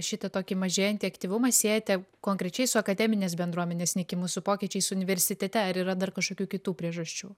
šitą tokį mažėjantį aktyvumą siejate konkrečiai su akademinės bendruomenės nykimu su pokyčiais universitete ar yra dar kažkokių kitų priežasčių